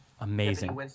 amazing